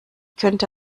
könnte